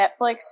Netflix